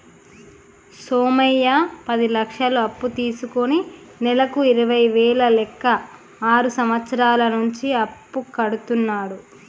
సోమయ్య పది లక్షలు అప్పు తీసుకుని నెలకు ఇరవై వేల లెక్క ఆరు సంవత్సరాల నుంచి అప్పు కడుతున్నాడు